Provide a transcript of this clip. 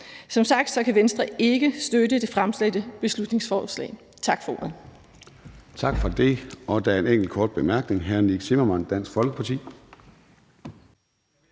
Som sagt kan Venstre ikke støtte det fremsatte beslutningsforslag. Tak for ordet.